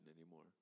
anymore